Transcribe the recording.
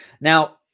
Now